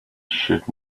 should